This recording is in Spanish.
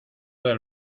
del